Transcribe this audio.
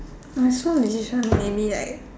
you mean small decision any like